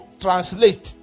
translate